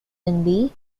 finley